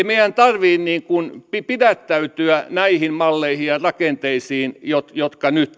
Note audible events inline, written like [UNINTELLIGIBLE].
[UNINTELLIGIBLE] meidän tarvitse pidättäytyä näihin malleihin ja rakenteisiin jotka jotka nyt